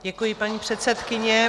Děkuji, paní předsedkyně.